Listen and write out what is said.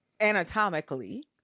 anatomically